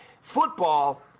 Football